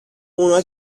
اونا